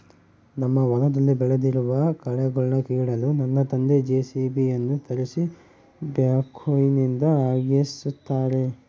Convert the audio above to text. ನಮ್ಮ ಹೊಲದಲ್ಲಿ ಬೆಳೆದಿರುವ ಕಳೆಗಳನ್ನುಕೀಳಲು ನನ್ನ ತಂದೆ ಜೆ.ಸಿ.ಬಿ ಯನ್ನು ತರಿಸಿ ಬ್ಯಾಕ್ಹೋನಿಂದ ಅಗೆಸುತ್ತಾರೆ